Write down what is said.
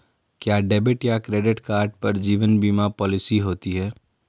क्या डेबिट या credit card पर जीवन बीमा पॉलिसी होती है?